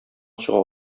чыга